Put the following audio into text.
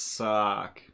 suck